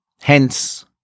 Hence